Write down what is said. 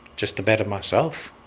just to better myself.